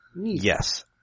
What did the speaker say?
Yes